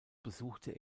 besuchte